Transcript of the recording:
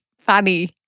funny